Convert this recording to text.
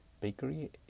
bakery